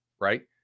right